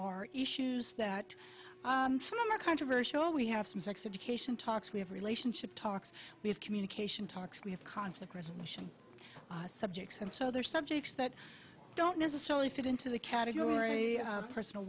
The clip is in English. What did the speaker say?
are issues that are controversial we have some sex education talks we have relationship talks we have communication talks we have conflict resolution subjects and so they're subjects that don't necessarily fit into the category of personal